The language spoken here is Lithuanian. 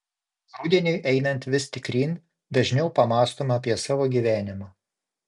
rudeniui einant vis tikryn dažniau pamąstome apie savo gyvenimą